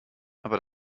aber